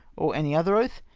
or any other oath,